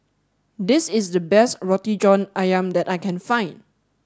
this is the best Roti John Ayam that I can find